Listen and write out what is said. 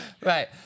Right